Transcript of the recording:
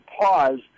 pause